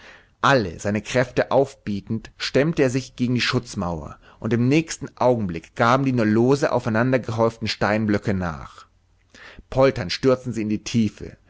alle seine kräfte aufbietend stemmte er sich gegen die schutzmauer und im nächsten augenblick gaben die nur lose aufeinandergehäuften steinblöcke nach polternd stürzten sie in die tiefe